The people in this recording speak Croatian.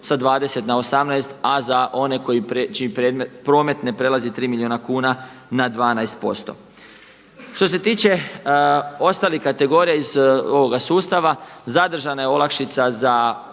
sa 20 na 18, a za one čiji promet ne prelazi 3 milijuna kuna na 12%. Što se tiče ostalih kategorija iz ovoga sustava zadržana je olakšica za